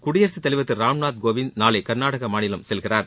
குடியரசுத் தலைவர் திரு ராம்நாத் கோவிந்த் நாளை கர்நாடக மாநிலம் செல்கிறார்